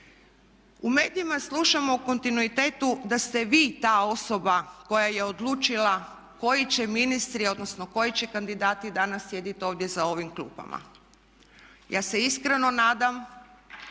U medijima slušamo u kontinuitetu da ste vi ta osoba koja je odlučila koji će ministri, odnosno koji će kandidati danas sjediti ovdje za ovim klupama. Ja se iskreno nadam